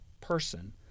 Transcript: person